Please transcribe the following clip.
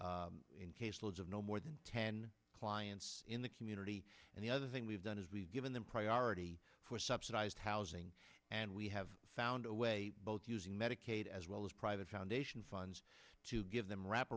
have no more than ten clients in the community and the other thing we've done is we've given them priority for subsidized housing and we have found a way both using medicaid as well as private foundation funds to give them wrap